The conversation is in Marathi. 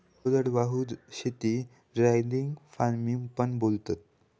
कोरडवाहू शेतीक ड्रायलँड फार्मिंग पण बोलतात